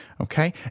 Okay